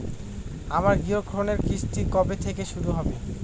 আমার গৃহঋণের কিস্তি কবে থেকে শুরু হবে?